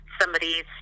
somebody's